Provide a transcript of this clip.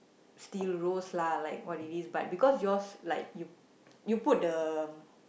steel rose lah like what it is but because yours like you you put the